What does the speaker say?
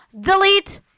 delete